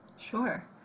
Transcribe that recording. Sure